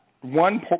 one